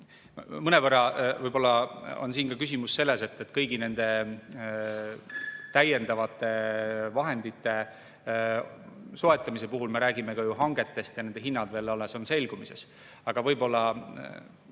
Mõnevõrra võib‑olla on siin küsimus selles, et kõigi nende täiendavate vahendite soetamise puhul me räägime ka hangetest ja nende hinnad on alles selgumisel. Võib-olla